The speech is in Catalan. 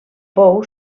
pou